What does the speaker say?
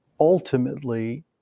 Ultimately